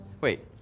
Wait